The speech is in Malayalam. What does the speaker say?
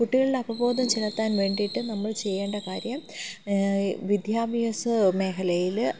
കുട്ടികളുടെ അവബോധം ചെലുത്താൻ വേണ്ടിയിട്ട് നമ്മൾ ചെയ്യേണ്ട കാര്യം വിദ്യാഭ്യാസ മേഖലയിൽ